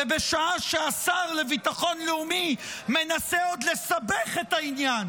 ובשעה שהשר לביטחון לאומי מנסה עוד לסבך את העניין